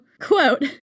Quote